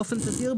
באופן תדיר,